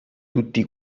tutti